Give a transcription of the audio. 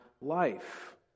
life